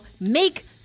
make